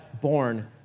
born